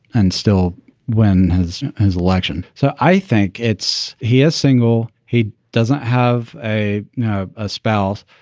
and still when his his election. so i think it's he ah single. he doesn't have a you know ah spouse.